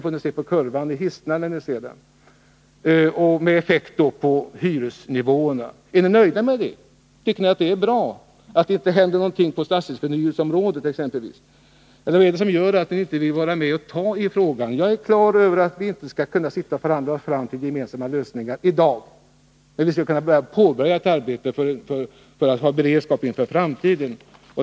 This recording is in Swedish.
Då finner ni en kurva med en sådan effekt på hyresnivåerna att ni hisnar. Är ni nöjda med detta? Tycker ni att det är bra att det inte händer någonting på exempelvis stadsförnyelseområdet? Vad är det som gör att ni inte vill vara med och ta i frågan? Jag är på det klara med att vi inte kan sitta och förhandla oss fram till gemensamma lösningar i dag, men vi skulle kunna påbörja arbetet för att få en beredskap med tanke på framtiden.